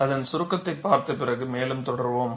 அதன் சுருக்கத்தை பார்த்தபிறகு மேலும் தொடர்வோம்